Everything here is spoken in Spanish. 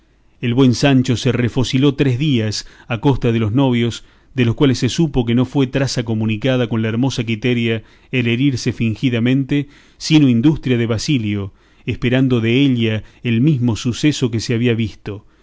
el buen sancho se refociló tres días a costa de los novios de los cuales se supo que no fue traza comunicada con la hermosa quiteria el herirse fingidamente sino industria de basilio esperando della el mesmo suceso que se había visto